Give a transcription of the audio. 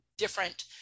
different